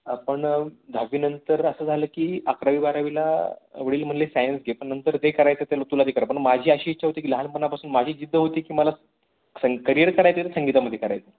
आपण दहावीनंतर असं झालं की अकरावी बारावीला वडील म्हणाले सायन्स घे पण नंतर जे करायचं ते लो तुला ते करा पण माझी अशी इच्छा होती की लहानपणापासून माझी जिद्द होती की मला सं करियर करायचं आहे तर संगीतामध्ये करायचं आहे